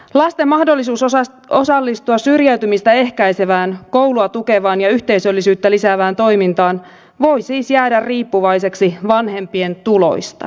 lasten mahdollisuus osallistua syrjäytymistä ehkäisevään koulua tukevaan ja yhteisöllisyyttä lisäävään toimintaan voi siis jäädä riippuvaiseksi vanhempien tuloista